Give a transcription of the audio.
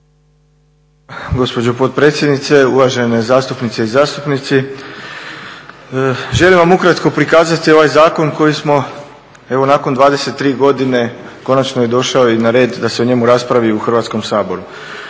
Gospođo potpredsjednice, uvažene zastupnice i zastupnici. Želim vam ukratko prikazati ovaj Zakon koji smo evo nakon 23 godine konačno je došao i na red da se o njemu raspravi i u Hrvatskom saboru.